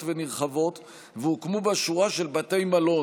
ונרחבות והוקמה בה שורה של בתי מלון,